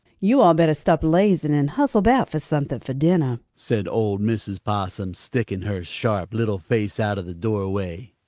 you'all better stop lazing and hustle about fo' something fo' dinner, said old mrs. possum, sticking her sharp little face out of the doorway.